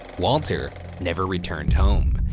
walter never returned home.